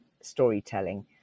storytelling